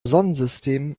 sonnensystem